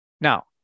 Now